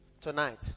Tonight